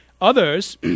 Others